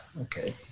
okay